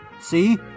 See